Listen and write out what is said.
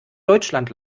deutschland